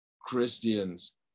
Christians